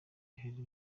henri